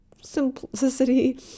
simplicity